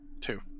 Two